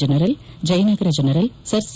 general Jayanagar general sir C